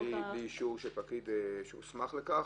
בלי אישור של פקיד שהוסמך לכך,